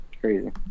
Crazy